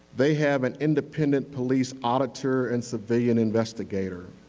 they have an independent police auditor and civilian investigator.